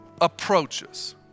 approaches